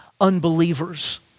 unbelievers